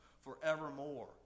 forevermore